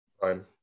Fine